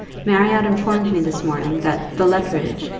marriott informed me this morning, that the luttridge,